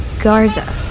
Garza